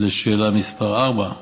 לשאלה מס' 4: